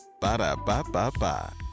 Ba-da-ba-ba-ba